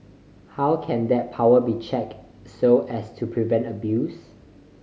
how can that power be checked so as to prevent abuse